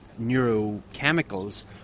neurochemicals